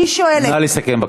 נא לסכם.